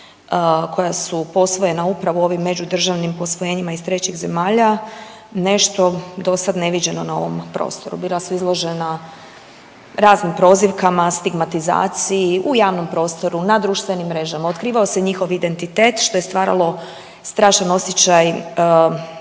koja su posvojena upravo u ovim međudržavnim posvojenjima iz trećih zemalja nešto do sad neviđeno na ovom prostoru. Bila su izložena raznim prozivkama, stigmatizaciji u javnom prostoru, na društvenim mrežama, otkrivao se njihov identitet što je stvaralo strašan osjećaj